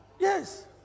Yes